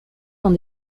dans